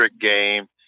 game